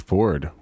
Ford